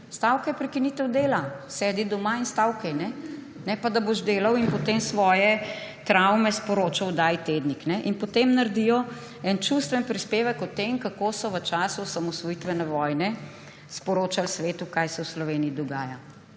stavka je prekinitev dela. Sedi doma in stavkaj. Ne pa, da boš delal in potem svoje travme sporočal oddaji Tednik. In potem naredijo en čustveni prispevek o tem, kako so v času osamosvojitvene vojne sporočali svetu, kaj se v Sloveniji dogaja.